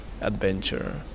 adventure